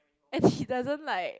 as she doesn't like